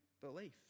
belief